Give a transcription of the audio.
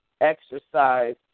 exercise